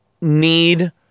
need